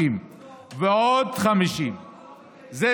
550 ועוד 50. ועוד 50. לא,